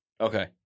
Okay